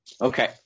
Okay